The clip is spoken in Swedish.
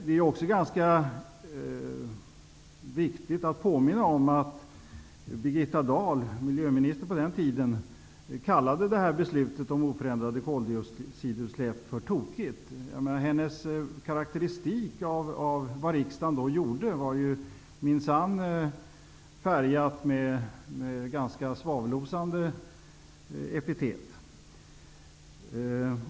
Det är också viktigt att påminna om att Birgitta Dahl, som var miljöminister på den tiden, kallade beslutet om oförändrade koldioxidutsläpp för tokigt. Hennes karakteristik av vad riksdagen då gjorde var minsann färgad av ganska svavelosande epitet.